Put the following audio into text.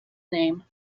name